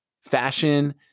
fashion